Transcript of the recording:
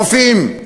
רופאים,